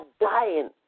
dying